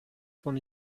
von